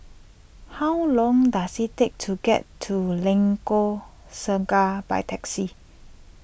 how long does it take to get to Lengkok Saga by taxi